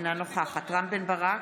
אינה נוכחת רם בן ברק,